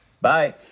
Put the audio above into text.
Bye